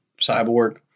Cyborg